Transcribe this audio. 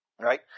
Right